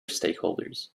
stakeholders